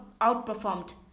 outperformed